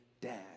dad